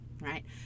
right